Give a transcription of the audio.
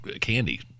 candy